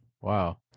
Wow